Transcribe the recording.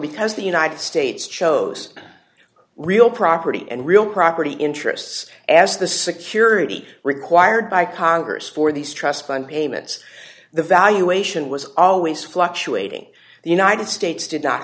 because the united states chose real property and real property interests as the security required by congress for these trust fund payments the valuation was always fluctuating the united states did not